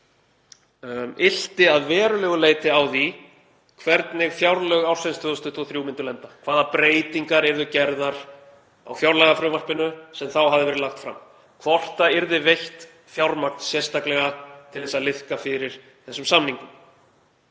ríkið ylti að verulegu leyti á því hvernig fjárlög ársins 2023 myndu lenda, hvaða breytingar yrðu gerðar á fjárlagafrumvarpinu sem þá hafði verið lagt fram, hvort það yrði veitt fjármagn sérstaklega til þess að liðka fyrir þessum samningum.